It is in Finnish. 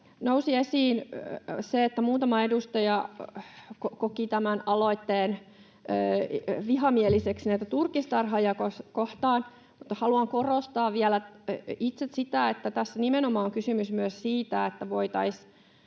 nousi esiin se, että muutama edustaja koki tämän aloitteen vihamieliseksi näitä turkistarhaajia kohtaan, mutta haluan korostaa itse vielä sitä, että tässä nimenomaan on kysymys myös siitä, että tehtäisiin